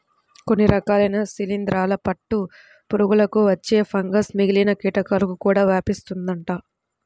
కొన్ని రకాలైన శిలీందరాల పట్టు పురుగులకు వచ్చే ఫంగస్ మిగిలిన కీటకాలకు కూడా వ్యాపిస్తుందంట